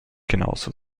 genauso